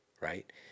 right